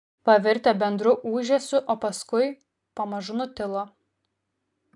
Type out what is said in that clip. pavirtę bendru ūžesiu o paskui pamažu nutilo